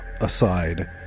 aside